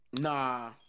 Nah